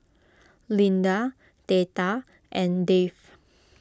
Linda theta and Dave